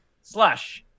slash